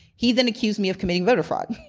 he, then, accused me of committing voter fraud.